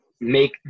make